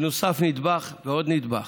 ונוסף נדבך ועוד נדבך,